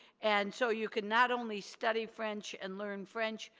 and so you can not only study french and learn french,